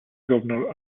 governor